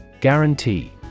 Guarantee